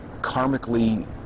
karmically